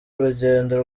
urugendo